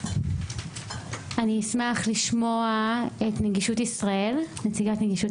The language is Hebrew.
אני אשמח לשמוע את נציגת "נגישות ישראל".